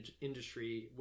industry